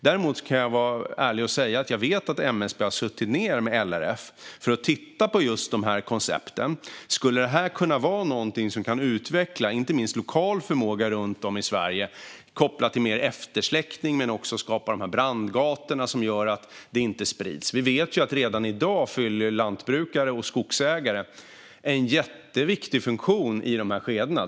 Däremot kan jag säga att jag vet att MSB har suttit ned med LRF för att titta på just de här koncepten. Skulle det här kunna vara någonting som kan utveckla inte minst den lokala förmågan runt om i Sverige kopplat till mer eftersläckning men också till att skapa brandgator som gör att elden inte sprids? Vi vet att lantbrukare och skogsägare redan i dag fyller en jätteviktig funktion i de här skedena.